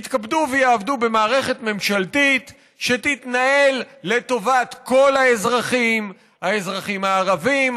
יתכבדו ויעבדו במערכת ממשלתית שתתנהל לטובת כל האזרחים: האזרחים הערבים,